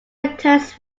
returns